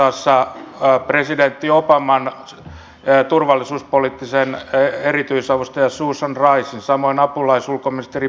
tapasin usassa presidentti obaman turvallisuuspoliittisen erityisavustajan susan ricen samoin apulaisulkoministeri blinkenin